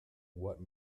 what